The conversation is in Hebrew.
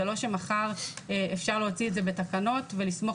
זה לא שמחר אפשר להוציא את זה בתקנות ולסמוך